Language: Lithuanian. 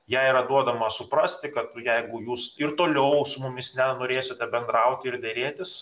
jai yra duodama suprasti kad jeigu jūs ir toliau su mumis nenorėsite bendrauti ir derėtis